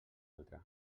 altra